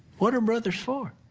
what are brothers for?